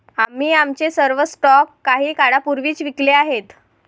आम्ही आमचे सर्व स्टॉक काही काळापूर्वीच विकले आहेत